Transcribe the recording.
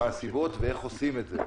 מה הן הסיבות ואיך עושים את זה.